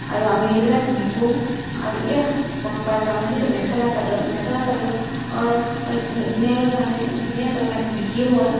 আৰু আমি এইবিলাক বিকোঁ আৰু এই পৰম্পৰাগত আমাৰ যিটো মেখেলা চাদৰ মেখেলা চাদৰ ধুনীয়াকৈ ধৰণে ধুনীয়াকৈ আমাৰ ইয়াত বিকিও হয়